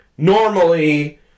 Normally